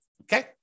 okay